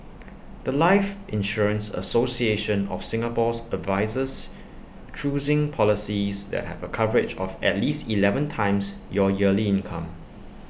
The Life insurance association of Singapore's advises choosing policies that have A coverage of at least Eleven times your yearly income